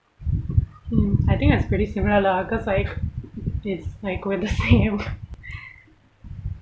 mm I think it's pretty similar lah cause like it's like we're the same